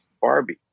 Barbie